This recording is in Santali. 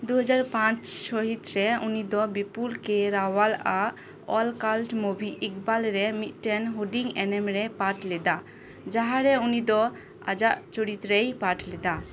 ᱫᱩ ᱦᱟᱡᱟᱨ ᱯᱟᱸᱪ ᱥᱟᱹᱦᱤᱛᱨᱮ ᱩᱱᱤ ᱫᱚ ᱵᱤᱯᱩᱞ ᱠᱮ ᱨᱟᱣᱟᱞ ᱟᱜ ᱚᱞᱠᱟᱞᱴ ᱢᱩᱵᱷᱤ ᱤᱠᱵᱟᱞ ᱨᱮ ᱢᱤᱫᱴᱮᱱ ᱦᱩᱰᱤᱧ ᱮᱱᱮᱢ ᱨᱮᱭ ᱯᱟᱴᱷ ᱞᱮᱫᱟ ᱡᱟᱦᱟᱸᱨᱮ ᱩᱱᱤ ᱫᱚ ᱟᱡᱟᱜ ᱪᱩᱨᱤᱛ ᱨᱮᱭ ᱯᱟᱴᱷ ᱞᱮᱫᱟ